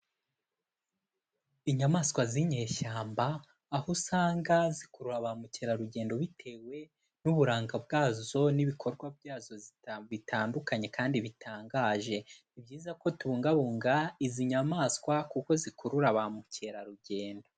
Inyamaswa z'inyeshyamba, aho usanga zikurura ba mukerarugendo bitewe n'uburanga bwazo n'ibikorwa byazo bitandukanye kandi bitangaje, ni byiza ko tubungabunga izi nyamaswa kuko zikurura ba mukerarugendo.